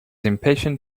impatient